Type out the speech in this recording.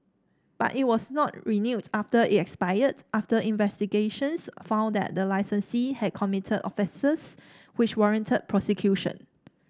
but it was not renewed after it expired after investigations found that the licensee had committed offences which warranted prosecution